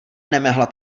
nemehla